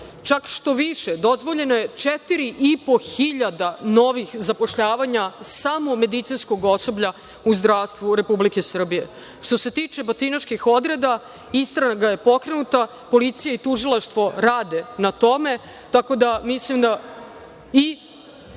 višak. Štaviše, dozvoljeno je četiri i po hiljade novih zapošljavanja samo medicinskog osoblja u zdravstvu Republike Srbije. Što se tiče batinaških odreda, istraga je pokrenuta, policija i tužilaštvo rade na tome. i niko nije